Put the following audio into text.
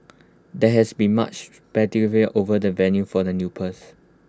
there has been much over the venue for the